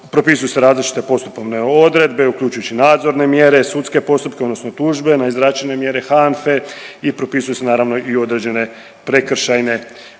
Propisuju se različite postupovne odredbe uključujući nadzorne mjere, sudske postupke odnosno tužbe na izrečene mjere HANFE i propisuju se naravno i određene prekršajne